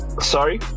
Sorry